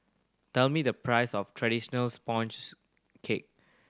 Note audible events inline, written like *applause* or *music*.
tell me the price of traditional sponge *unintelligible* cake